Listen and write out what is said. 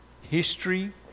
History